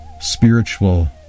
spiritual